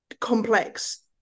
complex